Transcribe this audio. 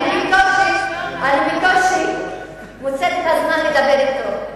אני בקושי מוצאת את הזמן לדבר אתו.